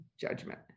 judgment